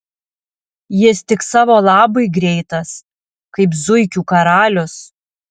jis tik savo labui greitas kaip zuikių karalius